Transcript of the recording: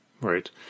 Right